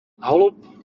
holub